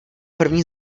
první